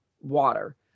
water